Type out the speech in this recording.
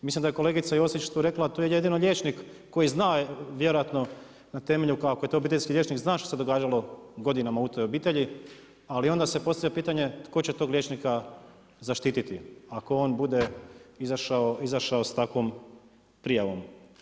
Mislim da je kolegica Josić tu rekla, to jedino liječnik koji je zna vjerojatno na temelju ako je to obiteljski liječnik zna šta se događalo godinama u toj obitelji, ali onda se postavlja pitanje tko će tog liječnika zaštititi ako on bude izašao s takvom prijavom.